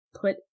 put